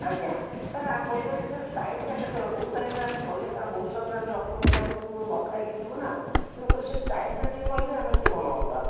ଆଜ୍ଞା ସାର୍ କହିପାରିବେ sir time ଟା କେତେବେଳେ କୋଉ ଟାଇମ୍ରେ ଆମେ ଗଲେ କାରଣ ବହୁ ସମୟରେ ଆମେ ରକ୍ତ ପରୀକ୍ଷା ପୂର୍ବରୁ ନ ଖାଇକି ଯିବୁନା ତେଣୁକରି ସେ ଟାଇମ୍ ଟା ଟିକିଏ କହିଲେ ଆମେ ଟିକେ ଭଲ ହୁଅନ୍ତା